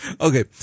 Okay